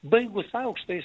baigus aukštąjį